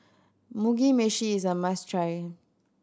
Mugi Meshi is a must try